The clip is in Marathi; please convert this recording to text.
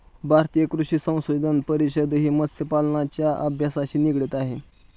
भारतीय कृषी संशोधन परिषदही मत्स्यपालनाच्या अभ्यासाशी निगडित आहे